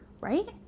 right